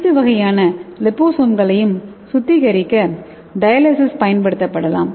அனைத்து வகையான லிபோசோம்களையும் சுத்திகரிக்க டயாலிசிஸ் பயன்படுத்தப்படலாம்